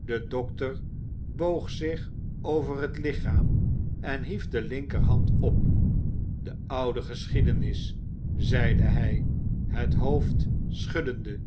de dokter boog zich over het lichaam en hief de linkerhand op de oude geschiedenis zeide hij het hoofd schuddende